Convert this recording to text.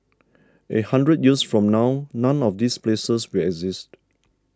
a hundred years from now none of these places will exist